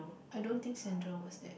I don't think Sandra was there